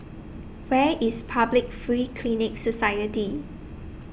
Where IS Public Free Clinic Society